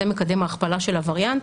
זה מקדם ההכפלה של הווריאנט,